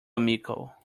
mickle